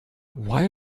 why